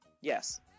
Yes